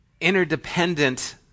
interdependent